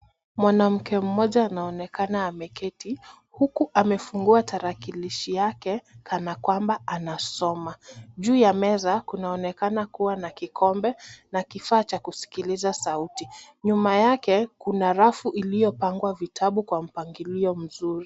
Mwanamke mmoja anaonekana ameketi huku amefungua tarakilishi yake kana kwamba anasoma. Juu ya meza kunaonekana kuwa na kikombe na kifaa cha kusikiliza sauti. Nyuma yake kuna rafu iliyopangwa vitabu kwa mpangilio mzuri.